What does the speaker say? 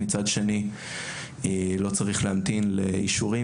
ומצד שני לא יצטרכו להמתין לאישורים,